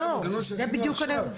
לא, זה בדיוק המנגנון שהוא אמר עכשיו.